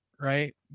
right